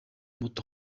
muto